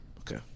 Okay